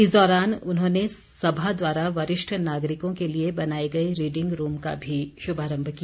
इस दौरान उन्होंने सभा द्वारा वरिष्ठ नागरिकों के लिए बनाए गए रीडिंग रूम का भी शुभारम्भ किया